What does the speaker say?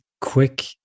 quick